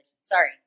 Sorry